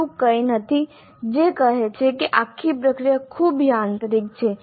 એવું કંઈ નથી જે કહે છે કે આખી પ્રક્રિયા ખૂબ યાંત્રિક છે